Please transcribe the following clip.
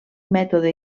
mètode